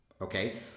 Okay